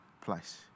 place